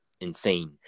insane